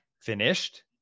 finished